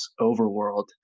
overworld